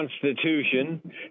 Constitution